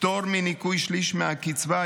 פטור מניכוי שליש מהקצבה,